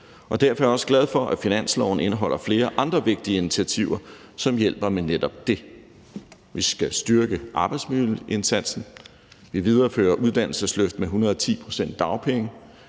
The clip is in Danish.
Derfor er jeg også glad for, at forslaget til finanslov indeholder flere andre vigtige initiativer, som hjælper med netop det. Vi skal styrke arbejdsmiljøindsatsen. Vi viderefører uddannelsesløft med 110 pct. dagpenge,